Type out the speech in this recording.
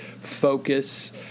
focus